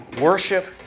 worship